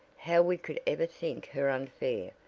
how we could ever think her unfair.